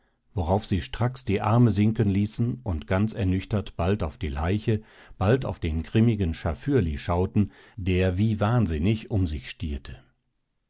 worauf sie stracks die arme sinken ließen und ganz ernüchtert bald auf die leiche bald auf den grimmigen schafürli schauten der wie wahnsinnig um sich stierte